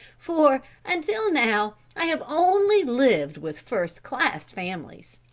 for until now i have only lived with first-class families.